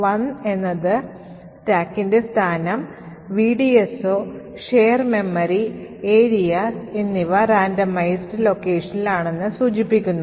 1 എന്നത് സ്റ്റാക്കിന്റെ സ്ഥാനം VDSO share memory areas എന്നിവ radndomised locationsൽ ആണെന്ന് സൂചിപ്പിക്കുന്നു